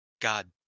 god